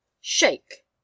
Shake